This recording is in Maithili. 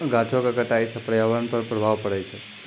गाछो क कटाई सँ पर्यावरण पर प्रभाव पड़ै छै